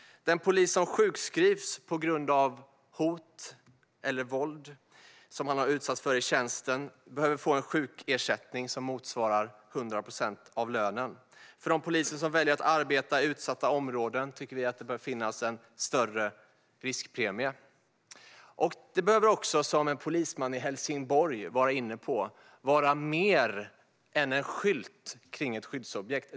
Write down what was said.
Poliser som sjukskrivs på grund av hot eller våld som de har utsatts för i tjänsten behöver få en sjukersättning som motsvarar 100 procent av lönen. För de poliser som väljer att arbeta i utsatta områden tycker vi att det bör finnas en större riskpremie. Det behöver också, som en polisman i Helsingborg var inne på, vara mer än en skylt vid ett skyddsobjekt.